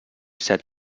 set